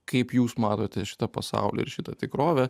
kaip jūs matote šitą pasaulį ir šitą tikrovę